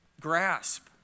grasp